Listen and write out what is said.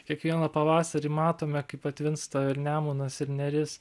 kiekvieną pavasarį matome kai patvinsta ir nemunas ir neris